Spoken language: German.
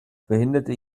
verhinderte